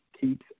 keeps